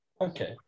Okay